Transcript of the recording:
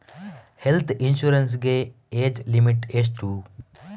Health insurance ಗೆ age limit ಎಷ್ಟು?